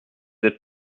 êtes